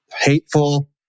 hateful